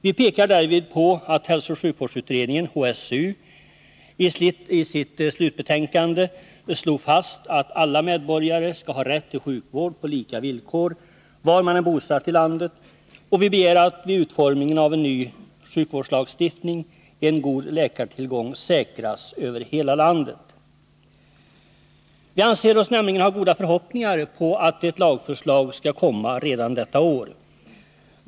Vi pekar därvid på att hälsooch sjukvårdsutredningen i sitt slutbetänkande slog fast, att alla medborgare skall ha rätt till sjukvård på lika villkor var man än är bosatt i landet, och vi begär att vid utformningen av en ny sjukvårdslagstiftning en god läkartillgång säkras över hela landet. Vi anser oss nämligen ha goda förhoppningar på att ett lagförslag skall komma redan i år.